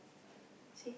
see